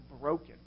broken